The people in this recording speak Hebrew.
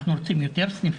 אנחנו אמנם רוצים יותר סניפים.